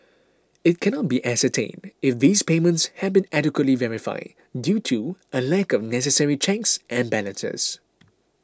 it cannot be ascertained if these payments had been adequately verified due to a lack of necessary checks and balances